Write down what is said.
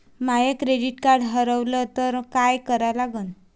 माय credit card हारवलं तर काय करा लागन?